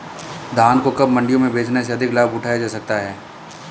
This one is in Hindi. धान को कब मंडियों में बेचने से अधिक लाभ उठाया जा सकता है?